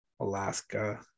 Alaska